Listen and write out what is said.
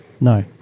no